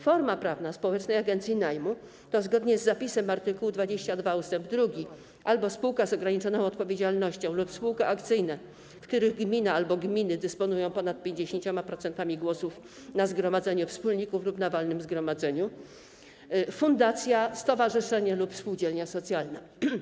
Forma prawna społecznej agencji najmu to - zgodnie z zapisem art. 22 ust. 2 - spółka z ograniczoną odpowiedzialnością lub spółka akcyjna, w których gmina albo gminy dysponują ponad 50% głosów na zgromadzeniu wspólników lub na walnym zgromadzeniu, fundacja, stowarzyszenie lub spółdzielnia socjalna.